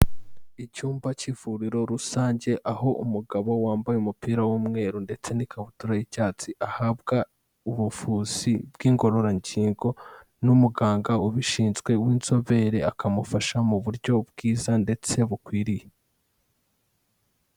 Icyumba cy'ivuriro rusange, aho umugabo wambaye umupira w'umweru ndetse n'ikabutura y'icyatsi, ahabwa ubuvuzi bw'ingororangingo n'umuganga ubishinzwe w'inzobere, akamufasha mu buryo bwiza ndetse bukwiriye.